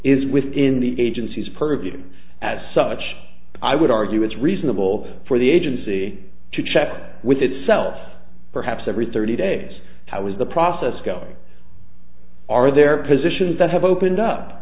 is within the agency's purview as such i would argue it's reasonable for the agency to check with itself perhaps every thirty days how is the process going are there positions that have opened up